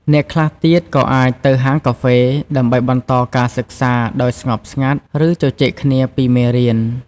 អ្នកខ្លះទៀតក៏អាចទៅ ហាងកាហ្វេ ដើម្បីបន្តការសិក្សាដោយស្ងប់ស្ងាត់ ឬជជែកគ្នាពីមេរៀន។